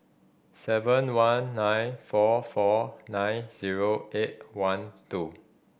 seven one nine four four nine zero eight one two